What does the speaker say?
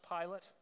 Pilate